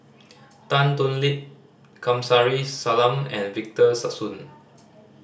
Tan Thoon Lip Kamsari Salam and Victor Sassoon